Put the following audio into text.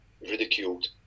ridiculed